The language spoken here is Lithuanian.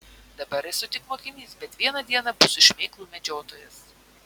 dabar esu tik mokinys bet vieną dieną būsiu šmėklų medžiotojas